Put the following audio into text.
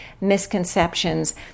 misconceptions